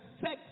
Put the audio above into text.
sex